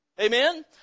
Amen